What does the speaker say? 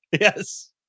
Yes